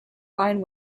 find